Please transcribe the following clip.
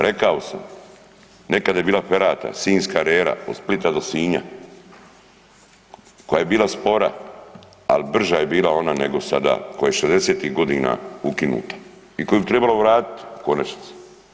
Rekao sam nekada je bila ferata, sinjska rera od Splita do Sinja, koja je bila spora al brža je bila ona nego sada koja je '60.-tih godina ukinuta i koju bi tribalo vratiti u konačnici.